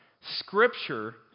scripture